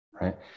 Right